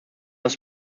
das